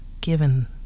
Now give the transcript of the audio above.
given